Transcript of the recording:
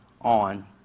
on